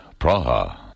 Praha